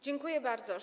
Dziękuję bardzo.